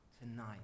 Tonight